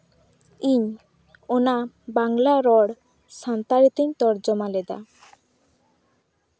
ᱤᱧ ᱚᱱᱟ ᱵᱟᱝᱞᱟ ᱨᱚᱲ ᱥᱟᱱᱛᱟᱲᱤ ᱛᱤᱧ ᱛᱚᱨᱡᱚᱢᱟ ᱞᱮᱫᱟ